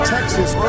Texas